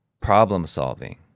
problem-solving